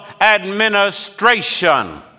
administration